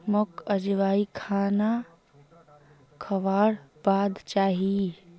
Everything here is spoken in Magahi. मोक अजवाइन खाना खाबार बाद चाहिए ही